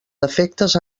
defectes